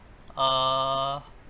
err